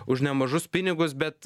už nemažus pinigus bet